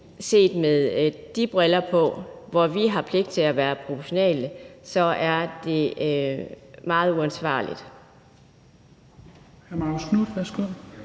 set gennem de briller, nemlig at vi har pligt til at være proportionale, meget uansvarligt.